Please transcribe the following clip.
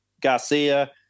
Garcia